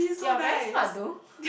you are very smart though